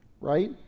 right